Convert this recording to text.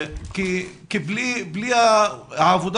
כי בלי העבודה